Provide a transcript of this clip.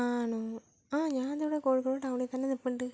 ആണോ ഞാന് ഇവിടെ കോഴിക്കോട് തന്നെ ടൗണിൽ നിൽപ്പുണ്ട്